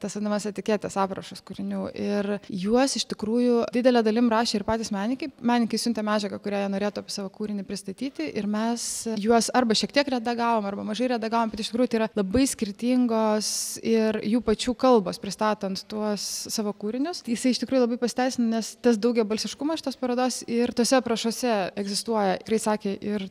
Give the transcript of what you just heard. tas svadinamas etiketes aprašus kūrinių ir juos iš tikrųjų didele dalim rašė ir patys menininkai menininkai išsiuntė medžiagą kurioje norėtų savo kūrinį pristatyti ir mes juos arba šiek tiek redagavom arba mažai redagavom iš tikrųjų yra labai skirtingos ir jų pačių kalbos pristatant tuos savo kūrinius tai jisai tikrai labai pasiteisina nes tas daugiabalsiškumą šitos parodos ir tuose aprašuose egzistuoja ir išsakė ir